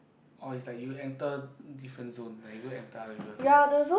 or is like you enter different zone like you go enter other people zone